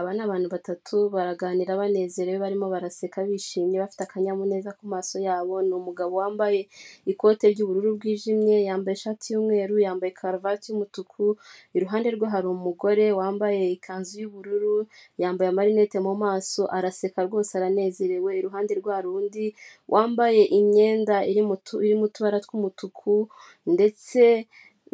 Aba ni abantu batatu baraganira banezerewe barimo baraseka bishimye bafite akanyamuneza ku maso yabo. Ni umugabo wambaye ikote ry'ubururu bwijimye yambaye ishati y'umweru, yambaye karuvati y'umutuku, iruhande rwe hari umugore wambaye ikanzu yu'ubururu yambaye amarineti mu maso araseka rwose aranezerewe iruhande rwe hari undi wambaye imyenda irimo utubara tw'umutuku ndetse